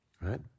right